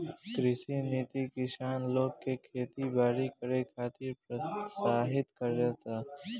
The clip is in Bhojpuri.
कृषि नीति किसान लोग के खेती बारी करे खातिर प्रोत्साहित करता